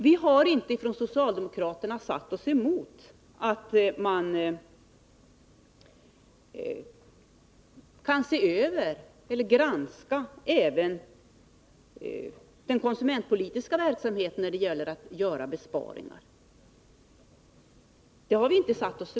Vi socialdemokrater har inte satt oss emot att man granskar även den konsumentpolitiska verksamheten när det gäller att göra besparingar.